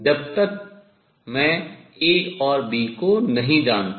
जब तक मैं A और B को नहीं जानता